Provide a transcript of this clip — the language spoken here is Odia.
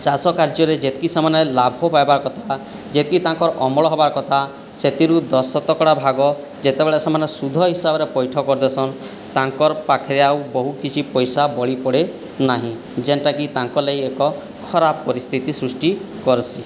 ଚାଷ କାର୍ଯ୍ୟରେ ଯେତିକି ସେମାନେ ଲାଭ ପାଇବା କଥା ଯେତିକି ତାଙ୍କର ଅମଳ ହେବା କଥା ସେଥିରୁ ଦଶ ଶତକଡ଼ା ଭାଗ ଯେତେବେଳେ ସେମାନେ ସୁଧ ହିସାବରେ ପୈଠ କରିଦେଉସନ୍ ତାଙ୍କର ପାଖରେ ଆଉ ବହୁ କିଛି ପଇସା ବଳିପଡ଼େନାହିଁ ଯେଉଁଟାକି ତାଙ୍କ ଲାଗି ଏକ ଖରାପ ପରିସ୍ଥିତି ସୃଷ୍ଟି କର୍ସି